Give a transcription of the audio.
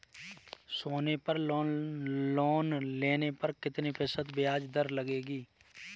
सोनी पर लोन लेने पर कितने प्रतिशत ब्याज दर लगेगी?